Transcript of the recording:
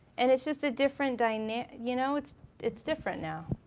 and it's just a different dynamic, you know? it's it's different now.